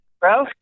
Bro